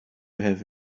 have